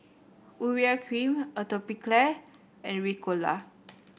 Urea Cream Atopiclair and Ricola